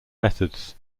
methods